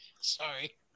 Sorry